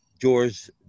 George